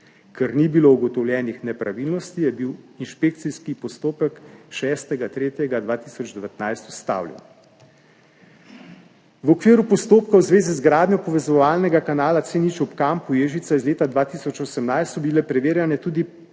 Ker ni bilo ugotovljenih nepravilnosti, je bil inšpekcijski postopek 6. 3. 2019 ustavljen. V okviru postopka v zvezi z gradnjo povezovalnega kanala C0 v kampu Ježica iz leta 2018 so bile preverjene tudi